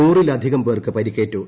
നൂറിലധികം പേർക്ക് പരിക്കേറ്റു